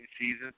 season